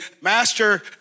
Master